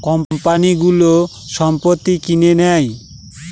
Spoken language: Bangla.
কোম্পানিগুলো সম্পত্তি কিনে নেয়